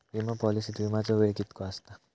विमा पॉलिसीत विमाचो वेळ कीतको आसता?